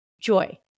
joy